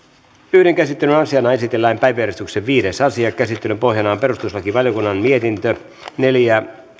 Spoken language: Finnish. yhden käsittelyn asiana esitellään päiväjärjestyksen viides asia käsittelyn pohjana on perustuslakivaliokunnan mietintö neljä